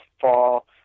fall